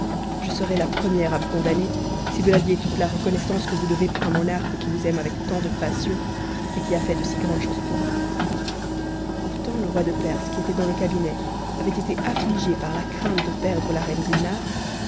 je serais la première à vous condamner si vous n'aviez toute la reconnaissance que vous devez pour un monarque qui vousaime avec tantde passion et qui a fait de si grandes choses pour vous autant le roi de perse qui était dans le cabinet avait été afuigé par la crainte de perdre la reine